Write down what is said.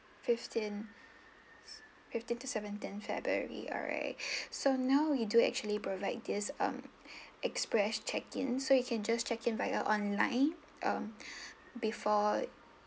fifteen fifteen to seventeen february alright so now we do actually provide this um express check in so you can just check in via online um before